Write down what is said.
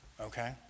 okay